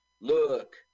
Look